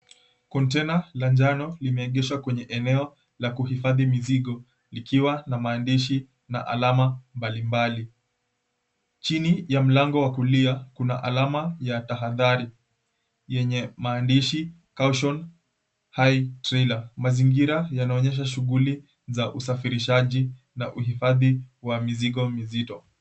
Container la njano limeegeshwa kwenye eneo la kuhifadhi mizigo ikiwa na maandishi na alama mbalimbali. Chini ya mlango wa kulia kuna alama ya tahadhari yenye maandishi, Cautious High Trailer. Mazingira yanaonyesha shughuli za usafirishaji na uhifathi wa mizigo mizito.